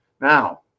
Now